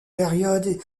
période